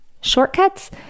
Shortcuts